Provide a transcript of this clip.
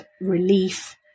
relief